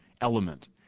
element